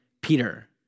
Peter